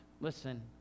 listen